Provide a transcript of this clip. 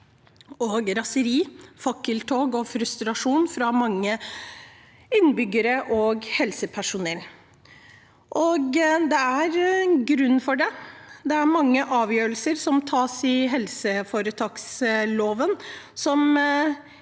raseri, fakkeltog og frustrasjon fra mange innbyggere og helsepersonell, og det er en grunn til det. Det er mange avgjørelser som tas i helseforetaksloven